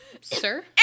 Sir